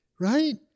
right